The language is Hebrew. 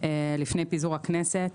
לפני פיזור הכנסת.